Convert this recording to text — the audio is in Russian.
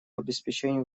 обеспечении